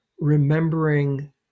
Remembering